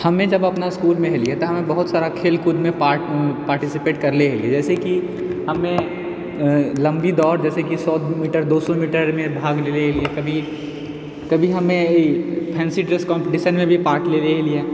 हमे जब अपना इसकुलमे छलिए तऽ बहुत सारा खेलकूदमे पार्टीसिपेट करले रहिए जैसेकि हमे लम्बी दौड़ जैसेकि सौ मीटर दो सौ मीटरमे भाग लेने रहिए कभी कभी हमे ई फैन्सी ड्रेस कम्पीटिशनमे भी पार्ट लेने रहिए